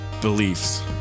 beliefs